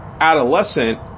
adolescent